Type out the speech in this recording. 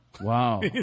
wow